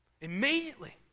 immediately